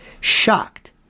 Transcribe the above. Shocked